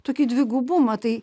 tokį dvigubumą tai